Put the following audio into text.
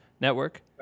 Network